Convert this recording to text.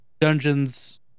dungeons